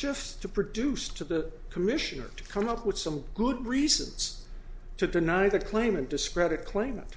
shifts to produce to the commissioner to come up with some good reasons to deny the claim and discredit clment